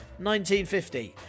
1950